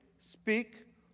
Speak